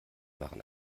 waren